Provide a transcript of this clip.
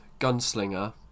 gunslinger